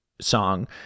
song